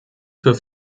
für